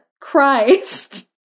Christ